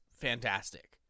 fantastic